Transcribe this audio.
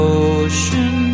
ocean